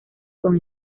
con